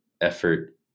effort